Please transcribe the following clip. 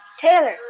Taylor